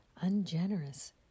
ungenerous